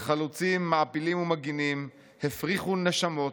וחלוצים, מעפילים ומגינים הפריחו נשמות,